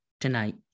tonight